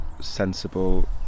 sensible